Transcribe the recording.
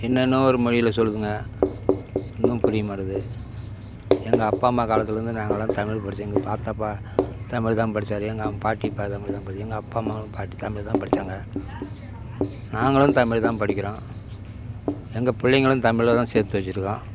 என்னென்னோ ஒரு மொழில சொல்லுதுங்க ஒன்றும் புரிய மாட்டுது எங்கள் அப்பா அம்மா காலத்துலருந்து நாங்கல்லாம் தமிழ் படிச்சோம் எங்கே பார்த்தா பா தமிழ் தான் படிச்சாரு எங்கள் பாட்டி இப்போ தமிழ் தான் படிச்சாங்க எங்கள் அப்பா அம்மாவும் பாட்டி தமிழ் தான் படிச்சாங்க நாங்களும் தமிழ் தான் படிக்கிறோம் எங்கள் பிள்ளைங்களும் தமிழில் தான் சேர்த்து வெச்சுருக்கோம்